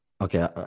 Okay